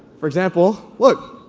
for example, look,